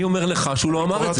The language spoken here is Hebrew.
הוא לא אמר את זה.